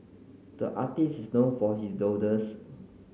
the artist is known for his doodles